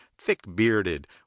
thick-bearded